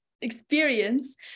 experience